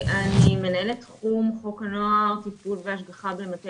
מנהלת תחום חוק הנוער טיפול והשגחה במטה